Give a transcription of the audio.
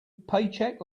paycheck